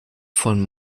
von